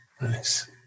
Nice